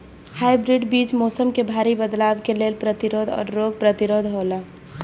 hybrid बीज मौसम में भारी बदलाव के लेल प्रतिरोधी और रोग प्रतिरोधी हौला